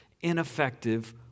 ineffective